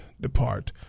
depart